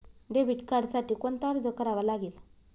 Debit कार्डसाठी कोणता अर्ज करावा लागेल?